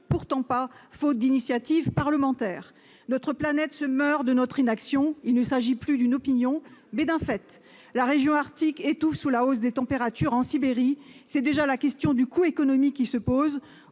pourtant pas faute d'initiatives parlementaires ! Notre planète se meurt de notre inaction. Il s'agit non plus d'une opinion, mais d'un fait. La région arctique étouffe sous la hausse des températures. En Sibérie, c'est déjà la question du coût économique qui se pose